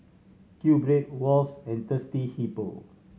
QBread Wall's and Thirsty Hippo